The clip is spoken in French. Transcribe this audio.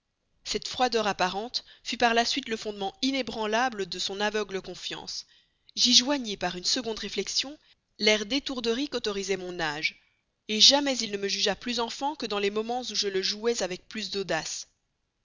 cette froideur apparente fut par la suite le fondement inébranlable de son aveugle confiance j'y joignis par une seconde réflexion l'air d'étourderie qu'autorisait mon âge jamais il ne me jugea plus enfant que dans les moments où je jouais avec plus d'audace